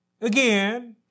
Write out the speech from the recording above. again